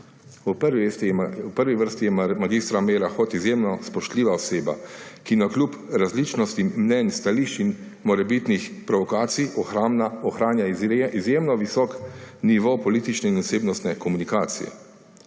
V prvi vrsti je mag. Meira Hot izjemno spoštljiva oseba, ki navkljub različnostim mnenj, stališč in morebitnim provokacijam ohranja izjemno visok nivo politične in osebnostne komunikacije.